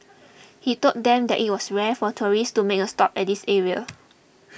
he told them that it was rare for tourists to make a stop at this area